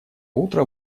утро